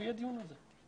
ויהיה דיון על זה.